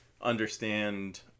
understand